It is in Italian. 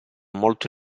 molto